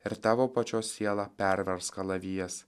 ir tavo pačios sielą pervers kalavijas